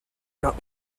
not